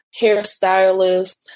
hairstylist